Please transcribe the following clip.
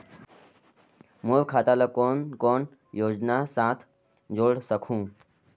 मोर खाता ला कौन कौन योजना साथ जोड़ सकहुं?